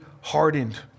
hardened